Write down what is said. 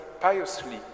piously